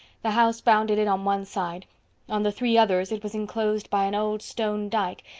the house bounded it on one side on the three others it was enclosed by an old stone dyke,